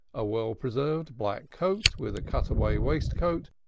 a well-preserved black coat, with a cutaway waistcoat,